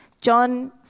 John